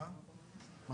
אין.